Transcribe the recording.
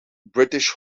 british